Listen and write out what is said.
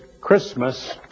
Christmas